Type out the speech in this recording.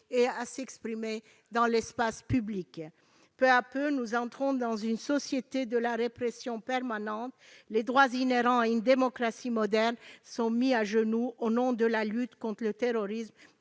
et à s'exprimer dans l'espace public. Peu à peu, nous entrons dans une société de la répression permanente. Les droits inhérents à une démocratie moderne sont mis à genou au nom de la lutte contre le terrorisme